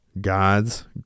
God's